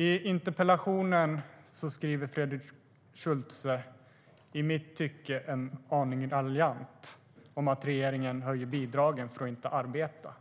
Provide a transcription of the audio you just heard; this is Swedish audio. I interpellationen skriver Fredrik Schulte, i mitt tycke en aning raljant, att regeringen höjer "bidragen för att inte arbeta".